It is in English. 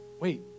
wait